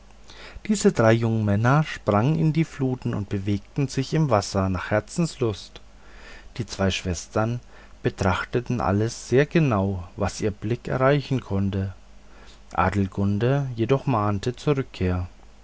diese drei jungen männer sprangen in die flut und bewegten sich im wasser nach herzenslust die zwei schwestern betrachteten alles sehr genau was ihr blick erreichen konnte adelgunde jedoch mahnte zur rückkehr